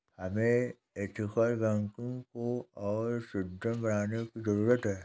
हमें ethical banking को और सुदृढ़ बनाने की जरूरत है